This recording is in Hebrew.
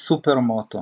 סופרמוטו